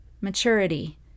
maturity